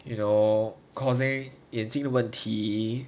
you know causing 眼睛的问题